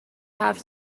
حرف